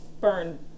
burn